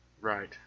Right